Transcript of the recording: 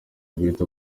guhita